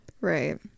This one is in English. Right